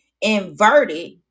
inverted